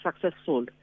successful